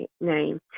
name